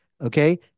okay